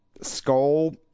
skull